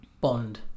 bond